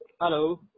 Hello